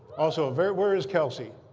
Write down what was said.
also a very where is kelsey?